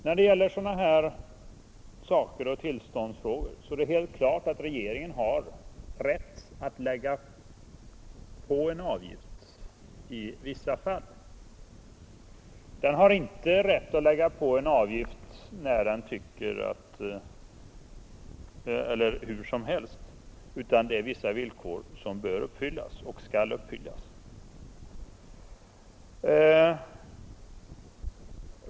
När det gäller sådana här saker är det helt klart att regeringen har rätt att lägga på en avgift i vissa fall. Den har inte rätt att lägga på avgifter hur som helst, utan vissa villkor skall uppfyllas.